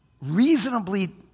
reasonably